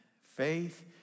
Faith